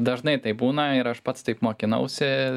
dažnai taip būna ir aš pats taip mokinausi